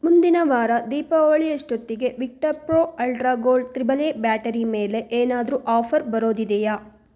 ಮುಂದಿನ ವಾರ ದೀಪಾವಳಿಯಷ್ಟೊತ್ತಿಗೆ Victor pro ultra gold triple A battery ಮೇಲೆ ಏನಾದರೂ ಆಫರ್ ಬರೋದಿದೆಯಾ